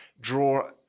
draw